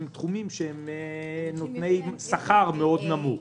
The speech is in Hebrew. נותני שכר מאוד נמוך.